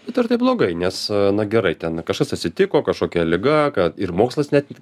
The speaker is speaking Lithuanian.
bet ar tai blogai nes na gerai ten kažkas atsitiko kažkokia liga ka ir mokslas net